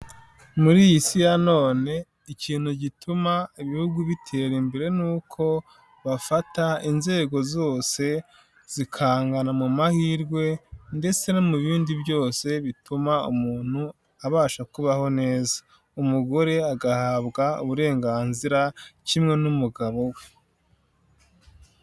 Muri iyi si ya none, ikintu gituma ibihugu bitera imbere ni uko bafata inzego zose, zikangana mu mahirwe, ndetse no mu bindi byose bituma umuntu abasha kubaho neza. Umugore agahabwa uburenganzira kimwe n'umugabo we.